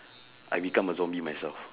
I become a zombie myself